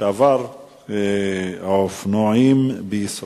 התש"ע (18 בנובמבר 2009): בעקבות פניות נוסעים ברכבת ישראל